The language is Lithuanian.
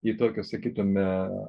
į tokią sakytume